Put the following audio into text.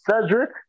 Cedric